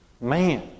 Man